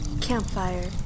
Campfire